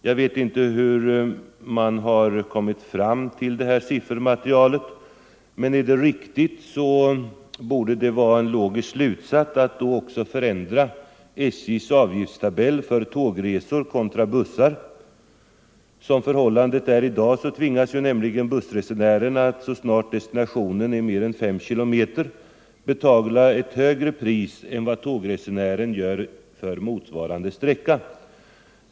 Jag vet inte hur man har kommit fram till siffer materialet, men är det riktigt borde det vara en logisk slutsats att också Nr 128 förändra SJ:s avgiftstabell för tågresor kontra buss. Som förhållandet är Tisdagen den i dag tvingas nämligen bussresenärerna att så snart ressträckan är mer 26 november 1974 än 5 km betala ett betydligt högre pris än vad tågresenären gör för mot I svarande sträcka.